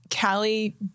Callie